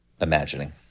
imagining